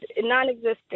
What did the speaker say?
non-existent